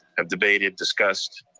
have debated, discussed.